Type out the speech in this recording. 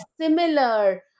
similar